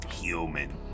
Human